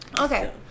okay